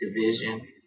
division